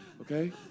Okay